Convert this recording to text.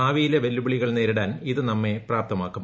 ഭാവിയിലെ വെല്ലുവിളികൾ നേരിടാൻ ഇത് നമ്മെ പ്രാപ്തമാക്കും